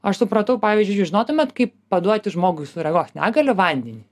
aš supratau pavyzdžiui jūs žinotumėt kaip paduoti žmogui su regos negalia vandenį